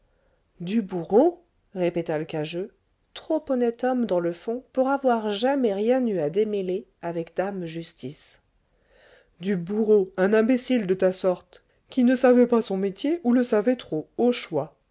du bourreau répéta l'cageux trop honnête homme dans le fond pour avoir jamais rien eu à démêler avec dame justice du bourreau un imbécile de ta sorte qui ne savait pas son métier ou le savait trop au choix